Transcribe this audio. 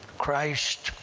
christ,